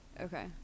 Okay